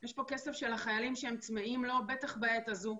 יש כאן כסף של החיילים שהם צמאים לו, בטח בעת הזו.